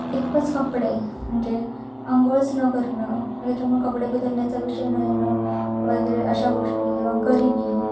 एकच कपडे म्हणजे आंघोळच न करणं त्याच्यामुळे कपडे बदलण्याचा विषय न येणं वगैरे अशा गोष्टी किंवा गरीबी